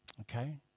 okay